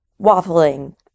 waffling